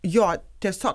jo tiesiog